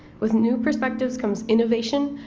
with new perspectives comes innovation,